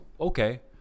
okay